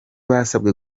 basabwe